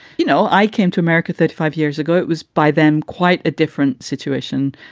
you know, i came to america thirty five years ago. it was by then quite a different situation.